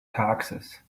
taxes